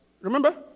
Remember